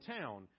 town